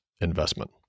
investment